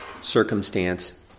circumstance